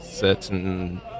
certain